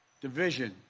division